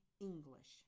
English